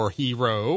hero